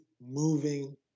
moving